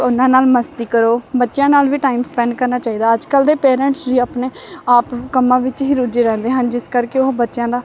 ਉਨ੍ਹਾਂ ਨਾਲ ਮਸਤੀ ਕਰੋ ਬੱਚਿਆਂ ਨਾਲ ਵੀ ਟਾਈਮ ਸਪੈਂਡ ਕਰਨਾ ਚਾਹੀਦਾ ਅੱਜ ਕੱਲ੍ਹ ਦੇ ਪੇਰੈਂਟਸ ਵੀ ਆਪਣੇ ਆਪ ਕੰਮਾਂ ਵਿੱਚ ਹੀ ਰੁੱਝੇ ਰਹਿੰਦੇ ਹਨ ਜਿਸ ਕਰਕੇ ਉਹ ਬੱਚਿਆਂ ਦਾ